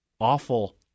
awful